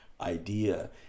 idea